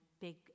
big